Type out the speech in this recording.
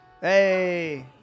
Hey